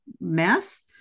mess